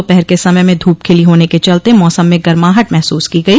दोपहर के समय में धूप खिली होने के चलते मौसम में गर्माहट महसूस की गई